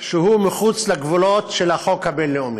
שהוא מחוץ לגבולות של החוק הבין-לאומי.